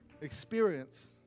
Experience